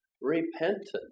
Repentance